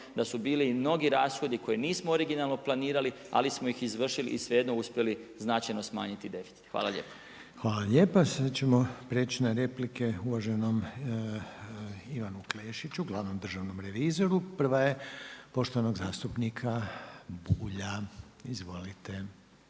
da su bili i mnogi rashodi koje nismo originalno planirali ali smo iz izvršili i svejedno uspjeli značajno smanjiti deficit. Hvala lijepa. **Reiner, Željko (HDZ)** Hvala lijepa. Sad ćemo prijeći na replike, uvaženom Ivan Klešić, glavnom državnom revizoru. Prva je poštovanog zastupnika Bulja. Izvolite.